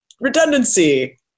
Redundancy